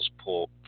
pull